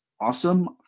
awesome